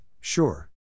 sure